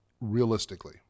realistically